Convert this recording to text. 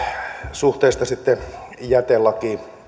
suhteesta jätelakiin ja tästä